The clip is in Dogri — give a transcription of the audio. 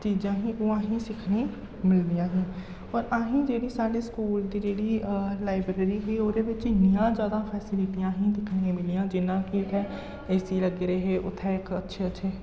चीजां ही ओह् असें गी सिक्खने गी मिलदियां हियां पर असें गी जेह्ड़ी साढ़े स्कूल दी जेह्ड़ी लाइब्रेरी ही ओह्दे बिच्च इन्नियां जैदा फैसीलिटियां ही दिक्खने गी मिलियां जि'यां कि उत्थै ए सी लग्गे दे हे उत्थै इक अच्छे अच्छे